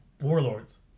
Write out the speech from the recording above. warlords